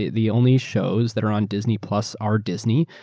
the only shows that are on disney plus are disney.